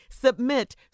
Submit